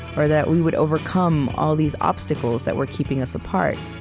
or that we would overcome all these obstacles that were keeping us apart.